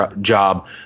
job